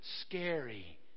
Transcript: scary